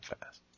fast